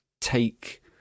take